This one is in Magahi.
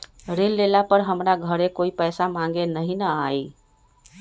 ऋण लेला पर हमरा घरे कोई पैसा मांगे नहीं न आई?